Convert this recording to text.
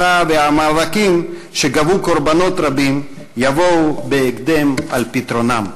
והמאבקים שגבו קורבנות רבים יבואו בהקדם על פתרונם.